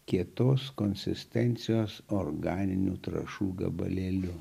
kietos konsistencijos organinių trąšų gabalėliu